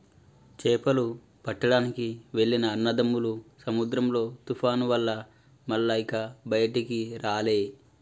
చేపలు పట్టడానికి వెళ్లిన అన్నదమ్ములు సముద్రంలో తుఫాను వల్ల మల్ల ఇక బయటికి రాలే